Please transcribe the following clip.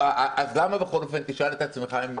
אז למה בכל אופן תשאל את עצמך הם מתעקשים?